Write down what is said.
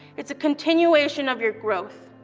it's a continuation of your growth.